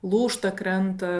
lūžta krenta